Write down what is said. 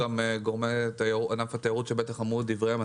נמצאים פה גורמי ענף התיירות שבטח אמרו את דבריהם,